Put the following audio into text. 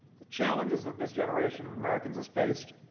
the challenges that this generation of americans has faced,